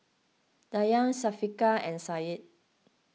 Dayang Syafiqah and Syed